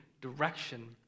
direction